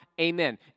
amen